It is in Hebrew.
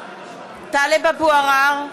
(קוראת בשמות חברי הכנסת) טלב אבו עראר,